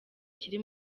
kiri